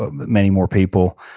but many more people.